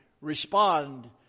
respond